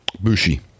Bushi